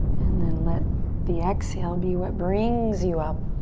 and then let the exhale be what brings you up.